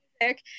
music